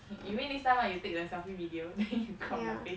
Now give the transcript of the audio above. you wait next time lah you take the selfie video then you crop their face